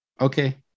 Okay